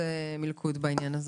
יש כאן מלכוד בעניין הזה.